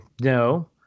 no